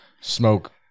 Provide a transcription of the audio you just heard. smoke